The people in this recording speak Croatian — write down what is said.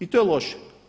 I to je loše.